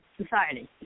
society